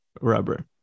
rubber